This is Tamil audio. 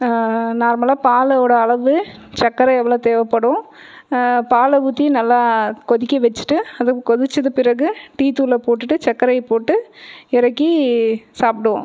நார்மலாக பாலோட அளவு சக்கரை எவ்வளோ தேவைப்படும் பாலை ஊற்றி நல்லா கொதிக்க வச்சிவிட்டு அது கொதிச்சது பிறகு டீத்தூளை போட்டுவிட்டு சக்கரையை போட்டு இறக்கி சாப்பிடுவோம்